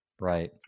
right